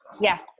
Yes